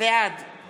בעד